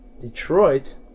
Detroit